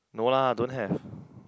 no lah don't have